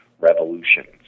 revolutions